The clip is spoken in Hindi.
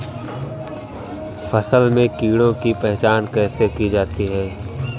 फसल में कीड़ों की पहचान कैसे की जाती है?